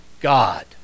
God